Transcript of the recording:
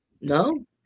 No